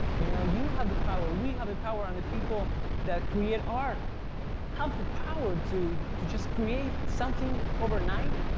you know you have the power, we have the power, and the people that create art have the power to to just create something overnight,